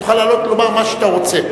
תוכל לעלות ולומר מה שאתה רוצה.